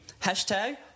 Hashtag